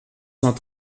cent